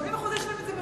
ל-80% יש את זה ממילא.